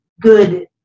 good